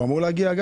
הוא אמור להגיע?